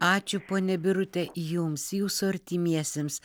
ačiū ponia birute jums jūsų artimiesiems